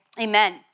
Amen